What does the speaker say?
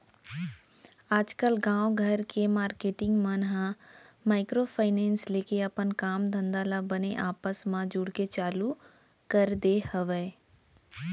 आजकल गाँव घर के मारकेटिंग मन ह माइक्रो फायनेंस लेके अपन काम धंधा ल बने आपस म जुड़के चालू कर दे हवय